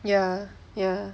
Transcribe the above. ya ya